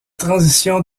transition